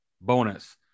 bonus